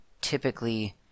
typically